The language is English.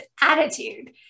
attitude